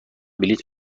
بلیط